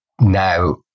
Now